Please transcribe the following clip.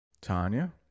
Tanya